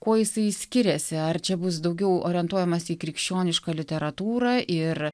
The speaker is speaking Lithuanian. kuo jisai skiriasi ar čia bus daugiau orientuojamasi į krikščionišką literatūrą ir